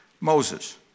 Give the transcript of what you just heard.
Moses